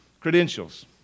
credentials